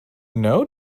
know